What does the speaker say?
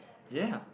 ya